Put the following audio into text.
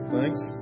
Thanks